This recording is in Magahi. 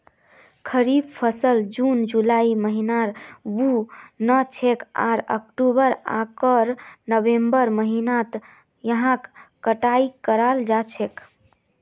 खरीफ फसल जून जुलाइर महीनात बु न छेक आर अक्टूबर आकर नवंबरेर महीनात यहार कटाई कराल जा छेक